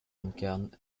incarne